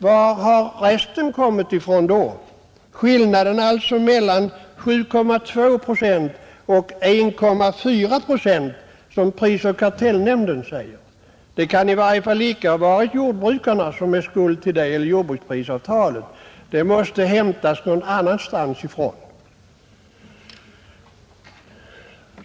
Varifrån har resten kommit då, alltså skillnaden mellan 7,2 procent och 1,4 procent som prisoch kartellnämnden säger? Det kan icke vara jordbruksprisavtalet som är skulden. Denna stora ökning måste ha hämtats från annat håll.